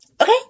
Okay